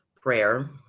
prayer